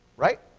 right?